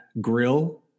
grill